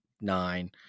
nine